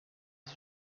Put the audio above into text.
dix